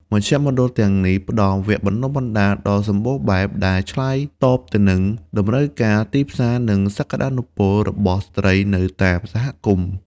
មជ្ឈមណ្ឌលទាំងនេះ ផ្តល់វគ្គបណ្តុះបណ្តាលដ៏សម្បូរបែបដែលឆ្លើយតបទៅនឹងតម្រូវការទីផ្សារ និងសក្តានុពលរបស់ស្ត្រីនៅតាមសហគមន៍។